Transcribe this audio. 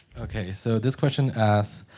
ok, so this question asks,